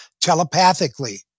telepathically